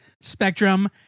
spectrum